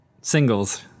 Singles